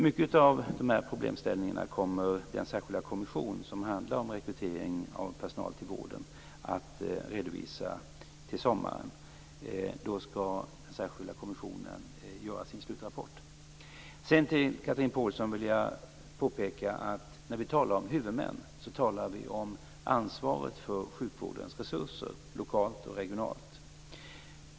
Många av de här problemställningarna kommer den särskilda kommission som handlar om rekrytering av personal till vården att redovisa till sommaren. Då skall den särskilda kommissionen göra sin slutrapport. Till Chatrine Pålsson vill jag påpeka att när vi talar om huvudmän talar vi om ansvaret för sjukvårdens resurser lokalt och regionalt.